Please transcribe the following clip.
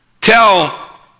Tell